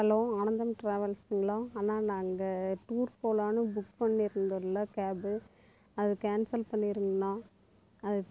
hello Anandam ட்ராவல்ஸுங்களா அண்ணா நாங்கள் டூர் போகலான்னு புக் பண்ணியிருந்தோல்ல கேபு அது கேன்சல் பண்ணிடுங்கண்ணா அது